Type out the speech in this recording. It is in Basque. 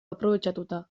aprobetxatuta